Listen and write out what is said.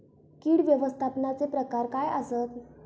कीड व्यवस्थापनाचे प्रकार काय आसत?